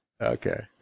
Okay